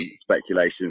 speculation